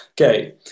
Okay